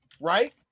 right